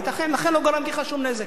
לכן לא גרמתי לך שום נזק,